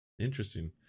Interesting